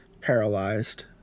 Paralyzed